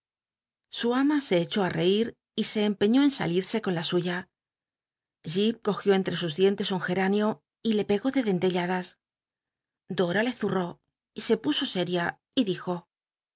su ama se echó á i'cit y se empeñó en salitsc con la suya jip col ió entre sus dientes un geranio y le pegó de dentelladas dota le w rtó se puso séria y dijo